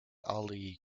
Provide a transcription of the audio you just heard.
ali